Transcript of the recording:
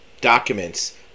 documents